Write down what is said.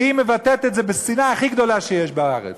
והיא מבטאת את זה בשנאה הכי גדולה שיש בארץ.